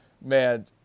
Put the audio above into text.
Man